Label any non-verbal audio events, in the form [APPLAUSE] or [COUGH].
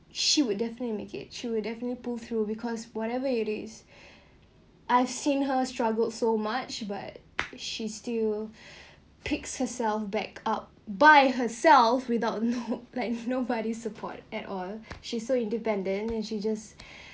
she would definitely make it she will definitely pull through because whatever it is I've seen her struggled so much but she's still picks herself back up by herself without no [LAUGHS] like nobody support at all she's so independent and she just